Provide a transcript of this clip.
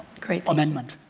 great. amendment.